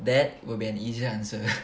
that will be an easy answer